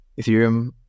Ethereum